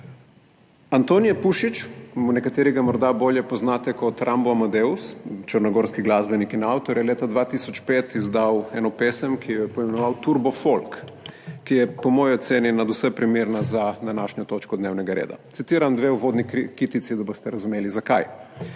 Antonije Pušić, nekateri ga morda bolje poznate kot Rambo Amadeus, črnogorski glasbenik in avtor, je leta 2005 izdal eno pesem, ki jo je poimenoval Turbo folk in ki je po moji oceni nadvse primerna za današnjo točko dnevnega reda. Citiram dve uvodni kitici, da boste razumeli, zakaj: